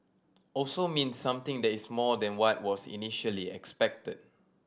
also means something that is more than what was initially expected